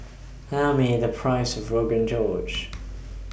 Tell Me The Price of Rogan Josh